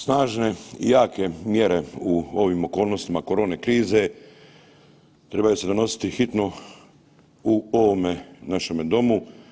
Snažne i jake mjere u ovim okolnostima korone krize trebaju se donositi hitno u ovome našemu domu.